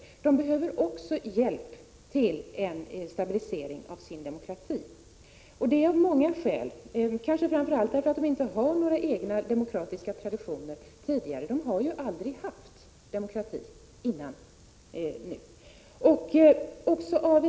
Landet behöver också hjälp till stabilisering av sin demokrati. Det finns många skäl för det, kanske främst att Nicaragua inte har några egna demokratiska traditioner. Där har ju inte funnits någon demokrati tidigare.